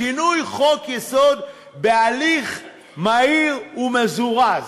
שינוי חוק-יסוד בהליך מהיר ומזורז.